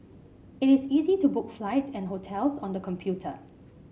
it is easy to book flights and hotels on the computer